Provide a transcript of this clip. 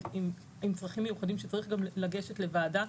עם צרכים מיוחדים שצריך גם לגשת לוועדה.